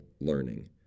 learning